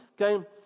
okay